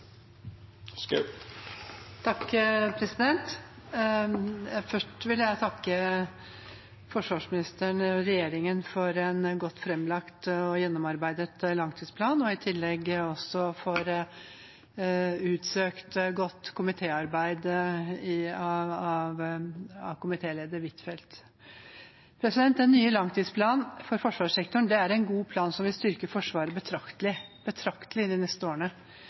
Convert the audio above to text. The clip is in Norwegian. Først vil jeg takke forsvarsministeren og regjeringen for en godt framlagt og gjennomarbeidet langtidsplan, og i tillegg vil jeg også takke for utsøkt, godt komitéarbeid av komitéleder Huitfeldt. Den nye langtidsplanen for forsvarssektoren er en god plan som vil styrke Forsvaret betraktelig de neste årene. Planen legger opp til en betydelig vekst i forsvarsbudsjettet de neste åtte årene